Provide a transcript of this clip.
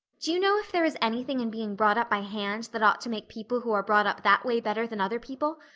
do you know if there is anything in being brought up by hand that ought to make people who are brought up that way better than other people?